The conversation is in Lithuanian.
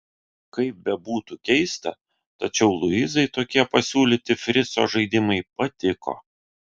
kaip bebūtų keista tačiau luizai tokie pasiūlyti frico žaidimai patiko